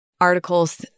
articles